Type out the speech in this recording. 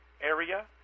area